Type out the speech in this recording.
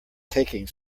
taking